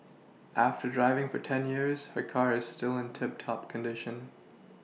after driving for ten years her car is still in tip top condition